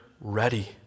ready